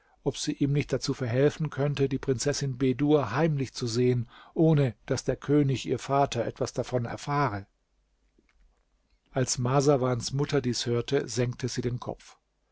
ob sie ihm nicht dazu verhelfen könnte die prinzessin bedur heimlich zu sehen ohne daß der könig ihr vater etwas davon erfahre als marsawans mutter dies hörte senkte sie den kopf